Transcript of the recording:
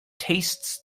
tastes